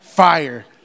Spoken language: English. fire